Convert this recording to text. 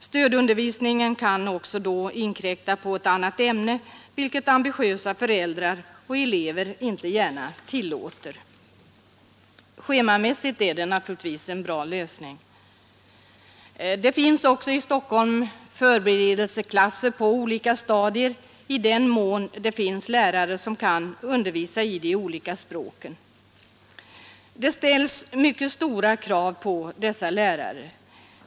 Stödundervisningen kan då också inkräkta på ett annat ämne, vilket ambitiösa föräldrar och elever inte gärna tillåter. Schemamässigt är det naturligtvis en bra lösning. Det finns i Stockholm också förberedelseklasser på olika stadier, i den mån det finns lärare som kan undervisa i de olika språken. Det ställs mycket stora krav på dessa lärare.